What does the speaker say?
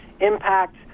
impact